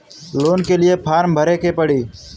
Loan के लिए form भरे के पड़ी?